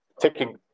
taking